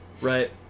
right